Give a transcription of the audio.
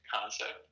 concept